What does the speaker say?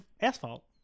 asphalt